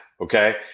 Okay